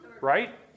Right